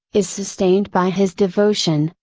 is sustained by his devotion,